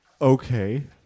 Okay